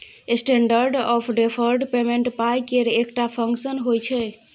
standard of deferred payment पाइ केर एकटा फंक्शन होइ छै